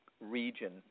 region